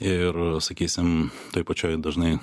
ir sakysim toj pačioj dažnai